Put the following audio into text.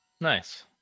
Nice